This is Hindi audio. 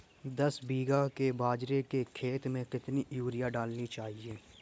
दस बीघा के बाजरे के खेत में कितनी यूरिया डालनी चाहिए?